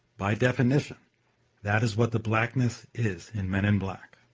by definition that is what the blackness is in men and black.